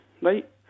right